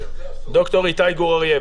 ד"ר איתי גור אריה,